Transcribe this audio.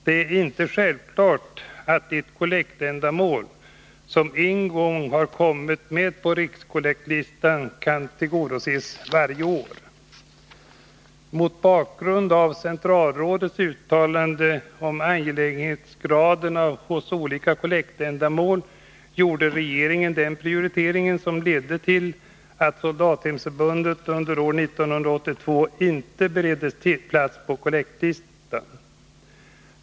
Det är inte självklart att ett kollektändamål som en gång har kommit med på rikskollektslistan kan tillgodoses varje år. Mot bakgrund av centralrådets uttalande om angelägenhetsgraden hos olika kollektändamål gjorde regeringen den prioritering som ledde till att Soldathemsförbundet under år 1982 inte bereddes plats på kollektlistan.